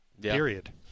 period